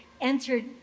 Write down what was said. entered